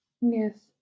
yes